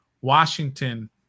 Washington